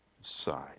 side